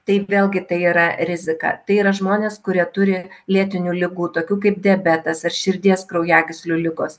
tai vėlgi tai yra rizika tai yra žmonės kurie turi lėtinių ligų tokių kaip diabetas ar širdies kraujagyslių ligos